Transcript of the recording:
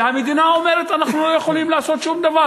והמדינה אומרת: אנחנו לא יכולים לעשות שום דבר,